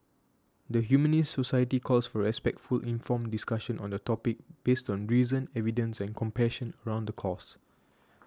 the Humanist Society calls for respectful informed discussion on the topic based on reason evidence and compassion around the cause